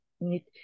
need